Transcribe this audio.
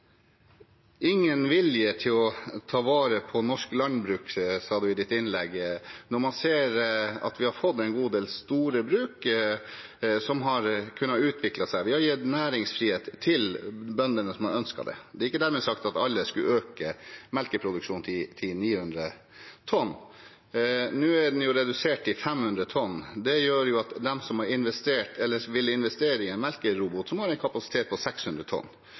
ingen vilje til å ta vare på norsk landbruk, sa statsråden i sitt innlegg. Man kan se at vi har fått en god del store bruk, som har kunnet utvikle seg, og vi har gitt næringsfrihet til bøndene som ønsker det. Det er ikke dermed sagt at alle skal øke melkeproduksjonen til 900 tonn. Nå er dette redusert til 500 tonn. Det gjør at de som har investert eller vil investere i en melkerobot som har en kapasitet 600 tonn,